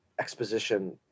exposition